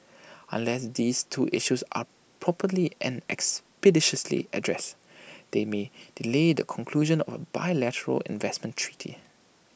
unless these two issues are properly and expeditiously addressed they may delay the conclusion of bilateral investment treaty